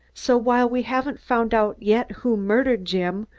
so, while we haven't found out yet who murdered jim,